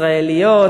ישראליות,